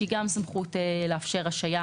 והיא גם סמכות לאפשר השעיה.